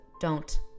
don't